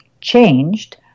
changed